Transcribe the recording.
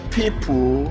people